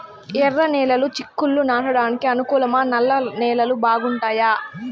ఎర్రనేలలు చిక్కుళ్లు నాటడానికి అనుకూలమా నల్ల నేలలు బాగుంటాయా